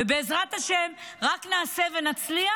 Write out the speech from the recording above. בעזרת השם רק נעשה ונצליח,